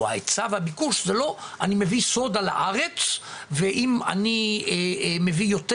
ההיצע והביקוש זה לא שאני מביא סודה לארץ ואם אני מביא יותר